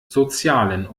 sozialen